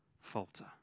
falter